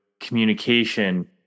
communication